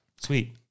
Sweet